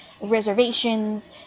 reservations